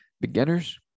beginners